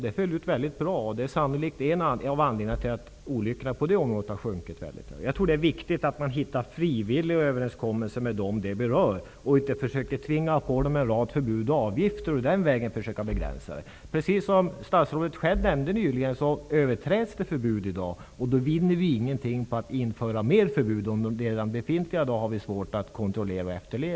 Det utföll mycket bra, och detta är sannolikt en av anledningarna till att olyckorna på det området har sjunkit kraftigt. Det är viktigt att komma fram till frivilliga överenskommelser med de berörda, i stället för att tvinga på dem en rad förbud och avgifter för att begränsa missförhållanden. Som statsrådet själv nämnde överträds redan i dag en del förbud, och vi vinner då ingenting på att införa fler förbud. Redan efterlevnaden av de befintliga förbuden är svår att kontrollera.